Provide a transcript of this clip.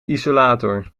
isolator